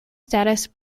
status